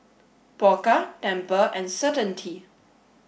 Pokka Tempur and Certainty